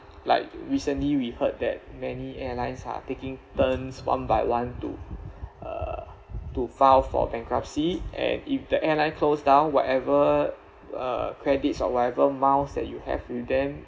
like recently we heard that many airlines are taking turns one by one to uh to file for bankruptcy and if the airline closed down whatever uh credits or whatever miles that you have with them